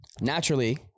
naturally